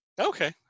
Okay